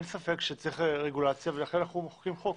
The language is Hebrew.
אין ספק שצריך רגולציה ולכן אנו מחוקקים חוק,